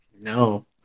No